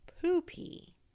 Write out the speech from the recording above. POOPY